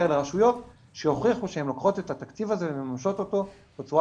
לרשויות שהוכיחו שהן לוקחות את התקציב ומממשות אותו בצורה